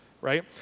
Right